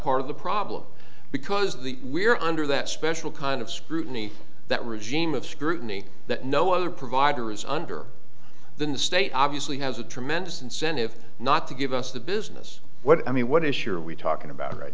part of the problem because the we're under that special kind of scrutiny that regime of scrutiny that no other provider is under than the state obviously has a tremendous incentive not to give us the business what i mean what issues are we talking about right